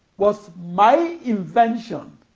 was my invention